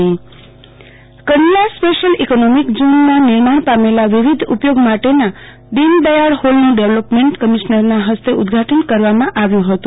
આરતી Bhatt Kandla Deen Dayal hall Kandla special economy ઝોનમાં નિર્માણ પામેલા વિવિધ ઉપયોગ માટેના દિન દયાળ હોલનું ડેવલપમેન્ટ કમિશનરના હસ્તે ઉદ્વાટન કરવામાં આવ્યું હતું